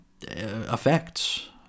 effects